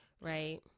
Right